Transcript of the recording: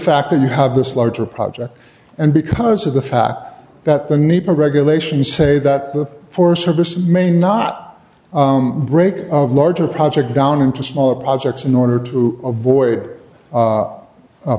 fact that you have this larger project and because of the fact that the nepa regulations say that the forest service may not break of larger project down into smaller projects in order to avoid